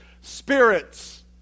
spirits